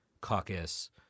caucus